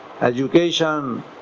education